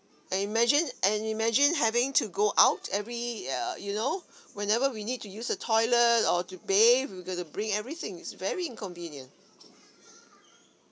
and imagine and imagine having to go out every uh you know whenever we need to use a toilet or to bathe we got to bring everything is very inconvenient